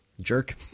jerk